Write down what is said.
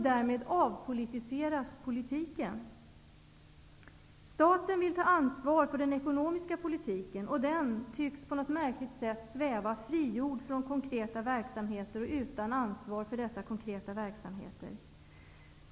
Därmed avpolitiseras politiken. Staten vill ta ansvaret för den ekonomiska politiken, och den tycks på något märkligt sätt sväva frigjord från konkreta verksamheter och utan ansvar för dessa konkreta verksamheter.